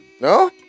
No